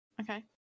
Okay